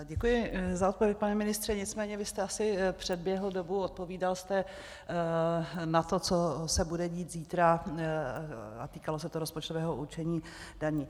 Děkuji za odpověď, pane ministře, nicméně vy jste asi předběhl dobu, odpovídal jste na to, co se bude dít zítra, týkalo se to rozpočtového určení daní.